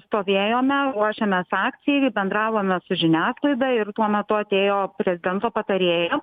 stovėjome ruošėmės akcijai bendravome su žiniasklaida ir tuo metu atėjo prezidento patarėja